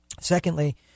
Secondly